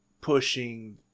pushing